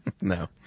No